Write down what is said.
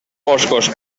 boscos